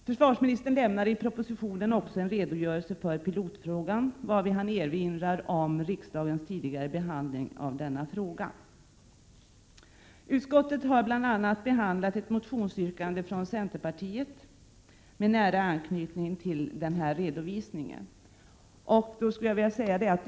Försvarsministern lämnar i propositionen också en redogörelse för pilotfrågan, varvid han inledningsvis erinrar om riksdagens tidigare behandling av denna fråga. Utskottet har bl.a. behandlat ett motionsyrkande från centerpartiet med nära anknytning till den här redovisningen.